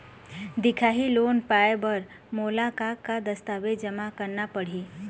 दिखाही लोन पाए बर मोला का का दस्तावेज जमा करना पड़ही?